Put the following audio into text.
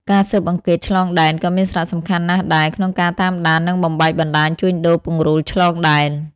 ការស៊ើបអង្កេតឆ្លងដែន ក៏មានសារៈសំខាន់ណាស់ដែរ ក្នុងការតាមដាន និងបំបែកបណ្ដាញជួញដូរពង្រូលឆ្លងដែន។